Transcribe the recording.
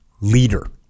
leader